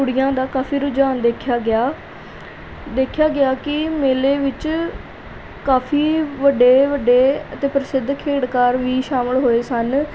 ਕੁੜੀਆਂ ਦਾ ਕਾਫੀ ਰੁਝਾਨ ਦੇਖਿਆ ਗਿਆ ਦੇਖਿਆ ਗਿਆ ਕਿ ਮੇਲੇ ਵਿੱਚ ਕਾਫੀ ਵੱਡੇ ਵੱਡੇ ਅਤੇ ਪ੍ਰਸਿੱਧ ਖੇਡਕਾਰ ਵੀ ਸ਼ਾਮਿਲ ਹੋਏ ਸਨ